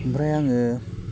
ओमफ्राय आङो